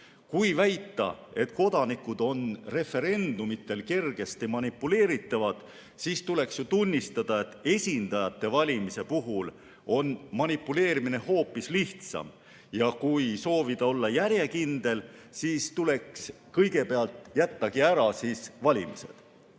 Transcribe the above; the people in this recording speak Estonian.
Kui väita, et kodanikud on referendumitel kergesti manipuleeritavad, siis tuleks ju tunnistada, et esindajate valimise puhul on manipuleerimine hoopis lihtsam, ja kui soovida olla järjekindel, siis tuleks kõigepealt jätta ära valimised.